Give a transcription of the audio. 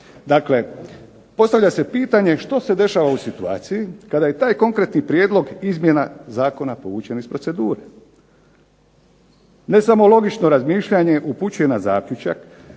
Dakle postavlja se pitanje što se dešava u situaciji kada je taj konkretni prijedlog izmjena zakona povučen iz procedure. Ne samo logično razmišljanje upućuje na zaključak